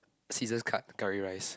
scissors cut curry rice